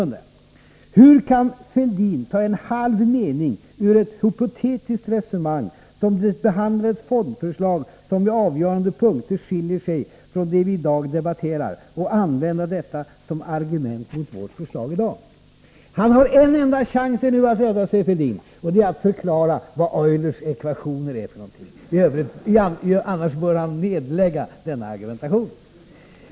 Nu undrar jag: Hur kan Fälldin ta en halv mening ur ett hypotetiskt resonemang, som behandlar ett fondförslag som på avgörande punkter skiljer sig från det vi i dag debatterar, och använda det som argument mot vårt förslag i dag? Han har en enda chans nu att rädda sig, och det är att förklara vad Eulers ekvationer är för någonting. Annars bör han nedlägga den argumentationen.